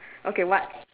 okay what